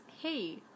hey